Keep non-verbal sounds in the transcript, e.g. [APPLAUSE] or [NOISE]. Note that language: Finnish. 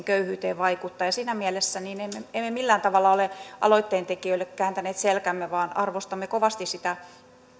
[UNINTELLIGIBLE] köyhyyteen vaikuttavat siinä mielessä emme emme millään tavalla ole aloitteen tekijöille kääntäneet selkäämme vaan arvostamme kovasti sitä